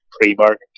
pre-market